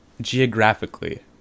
geographically